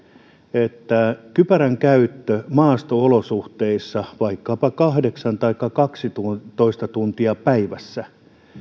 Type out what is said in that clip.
että kypärän käyttö maasto olosuhteissa vaikkapa kahdeksan taikka kaksitoista tuntia päivässä